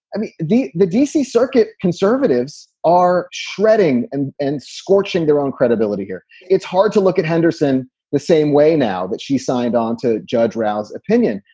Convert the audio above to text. and the the dc circuit conservatives are shredding and and scorching their own credibility here. it's hard to look at henderson the same way now that she signed on to judge rouse opinion.